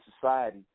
society